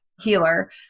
healer